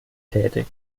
tätig